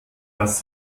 dass